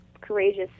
courageous